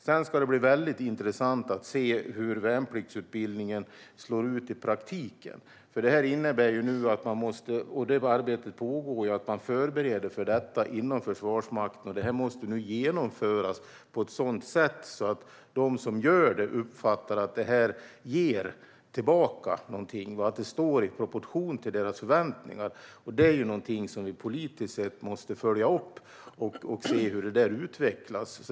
Det ska bli intressant att se hur värnpliktsutbildningen slår i praktiken. Arbetet med att förbereda för detta pågår inom Försvarsmakten, och det måste nu genomföras på ett sådant sätt att de som gör värnplikt uppfattar att det ger något tillbaka och att det står i proportion till deras förväntningar. Detta måste vi följa upp politiskt och se hur det utvecklas.